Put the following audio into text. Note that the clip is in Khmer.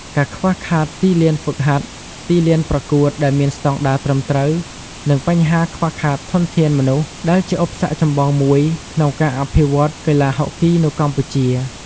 ការខ្វះខាតទីលានហ្វឹកហាត់ ទីលានប្រកួតដែលមានស្ដង់ដារត្រឹមត្រូវ និងបញ្ហាខ្វះខាតធនធានមនុស្ស ដែលជាឧបសគ្គចម្បងមួយក្នុងការអភិវឌ្ឍន៍កីឡាហុកគី នៅកម្ពុជា។